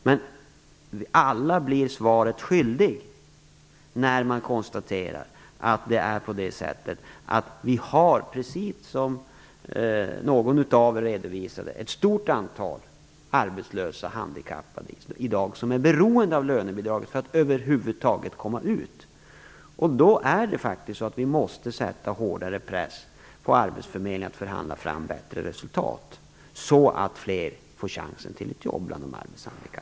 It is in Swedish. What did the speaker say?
Men alla blir svaret skyldiga när man konstaterar att det är på det sättet att det i dag finns, precis som någon av er redovisade, ett stort antal arbetslösa handikappade som är beroende av lönebidraget för att över huvud taget kunna komma ut. Då måste vi sätta hårdare press på arbetsförmedlingen att förhandla fram bättre resultat, så att fler arbetshandikappade får chansen till ett jobb.